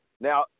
Now